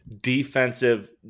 Defensive